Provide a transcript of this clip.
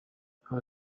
how